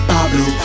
Pablo